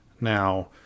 now